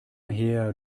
her